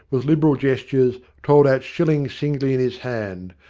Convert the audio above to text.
with liberal gestures, told out shillings singly in his hand,